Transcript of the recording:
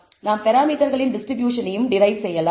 நாம் பராமீட்டர்களின் டிஸ்ட்ரிபியூஷனையும் டெரிவ் செய்யலாம்